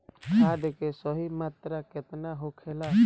खाद्य के सही मात्रा केतना होखेला?